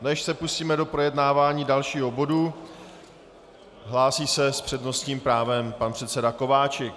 Než se pustíme do projednávání dalšího bodu, hlásí se s přednostním právem pan předseda Kováčik.